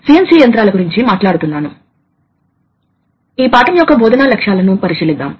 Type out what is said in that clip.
industrial automation and control యొక్క 30 వ పాఠానికి స్వాగతం